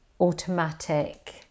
automatic